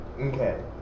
Okay